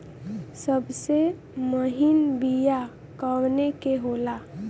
सबसे महीन बिया कवने के होला?